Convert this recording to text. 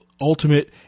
ultimate